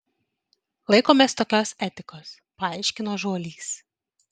laikomės tokios etikos paaiškino žuolys